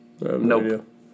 Nope